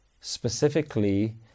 specifically